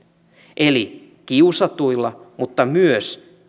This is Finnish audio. eli kiusatuilla tytöillä mutta myös